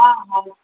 हा हा